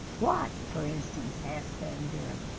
what for instance ask them buren?